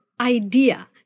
idea